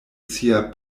sia